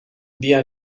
día